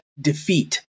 defeat